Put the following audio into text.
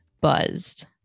buzzed